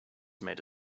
made